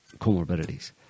comorbidities